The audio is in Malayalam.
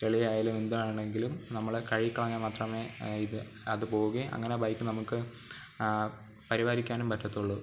ചെളി ആയാലും എന്താണെങ്കിലും നമ്മൾ കഴുകി കളഞ്ഞാൽ മാത്രമേ ഇത് അതു പോകുകയും അങ്ങനെ ബൈക്ക് നമുക്ക് പരിപാലിക്കാനും പറ്റത്തുള്ളു